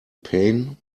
pain